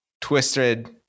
Twisted